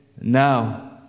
now